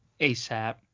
ASAP